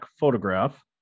photograph